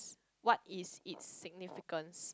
what is it's significance